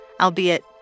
albeit